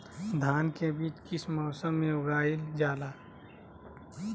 धान के बीज किस मौसम में उगाईल जाला?